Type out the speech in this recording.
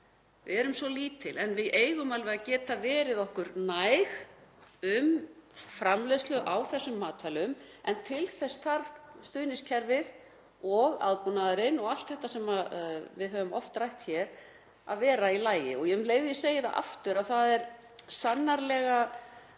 við erum svo lítil en við eigum alveg að geta verið okkur næg um framleiðslu á þessum matvælum. En til þess þarf stuðningskerfið og aðbúnaðurinn og allt þetta sem við höfum oft rætt hér að vera í lagi. Um leið og ég segi það aftur að það er sannarlega